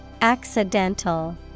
Accidental